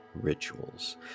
rituals